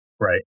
Right